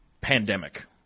pandemic